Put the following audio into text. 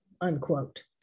unquote